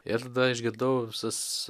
ir išgirdau visas